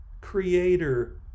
Creator